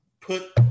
put